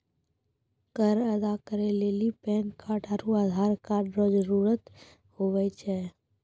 कर अदा करै लेली पैन कार्ड आरू आधार कार्ड रो जरूत हुवै छै